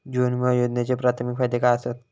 जीवन विमा योजनेचे प्राथमिक फायदे काय आसत?